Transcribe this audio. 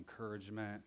encouragement